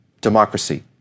democracy